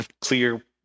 clear